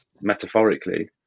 metaphorically